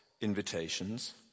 invitations